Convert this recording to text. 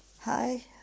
hi